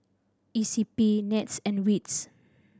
E C P NETS and wits